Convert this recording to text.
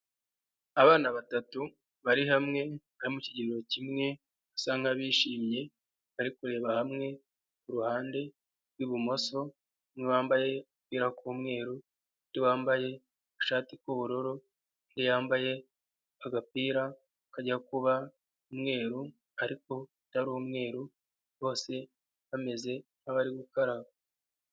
Abana batatu bari hamwe bari mu kigero kimwe basa nkabishimye bari kureba hamwe ku ruhande rw'ibumoso umwe wambaye agapira k'umweruru, undi wambaye igashati k'ubururu undi yambaye agapira kajya kuba umweru ariko atari umweru bose bameze nkabari gukaraba.